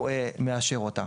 הוא מאשר אותה.